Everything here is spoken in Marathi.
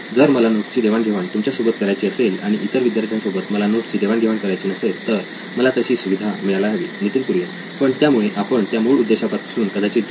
जर मला नोट्सची देवाण घेवाण तुमच्या सोबत करायची असेल आणि इतर विद्यार्थ्यांसोबत मला नोट्सची देवाण घेवाण करायची नसेल तर मला तशी सुविधा मिळायला हवी नितीन कुरियन पण त्यामुळे आपण आपल्या मूळ उद्देशापासून कदाचित दूर जाऊ